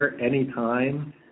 anytime